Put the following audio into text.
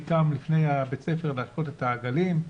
קם לפני בית הספר להשקות את העגלים,